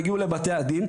והגיעו לבתי הדין,